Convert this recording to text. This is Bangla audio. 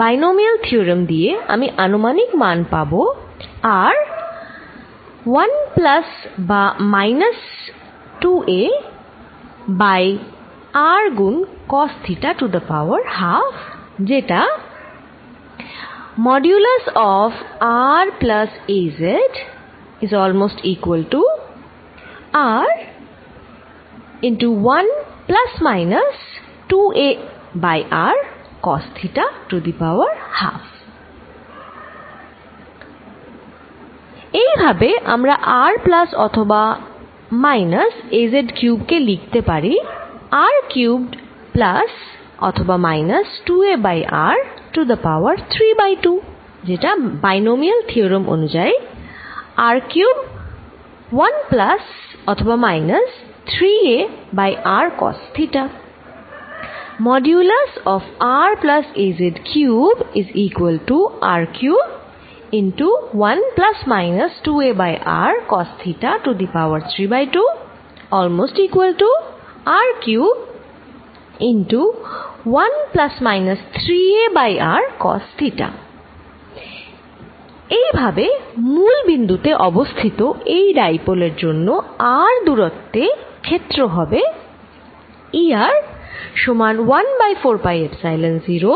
বাইনোমিয়াল থিওরেম দিয়ে আমি আনুমানিক মান পাবো r 1 প্লাস বা মাইনাস 2a বাই r গুন cos theta to the power হাফ12 যেটা এইভাবে আমরা r প্লাস অথবা মাইনাস a z কিউবড কে লিখতে পারি r কিউবড প্লাস অথবা minus 2a by r to the power 3 by 2 যেটা বাইনোমিয়াল থিওরেম অনুযায়ী r কিউব 1 প্লাস অথবা minus 3a by r cos theta এইভাবে মূল বিন্দুতে অবস্থিত এই ডাইপোলের জন্য r দূরত্বে ক্ষেত্র হবে E r সমান 1 বাই 4পাই এপসাইলন 0